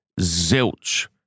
Zilch